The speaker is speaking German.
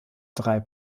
drei